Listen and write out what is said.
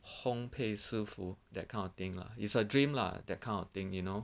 烘培师傅 that kind of thing lah it's a dream lah that kind of thing you know